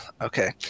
Okay